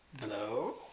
Hello